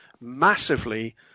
massively